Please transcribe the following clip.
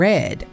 Red